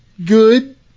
good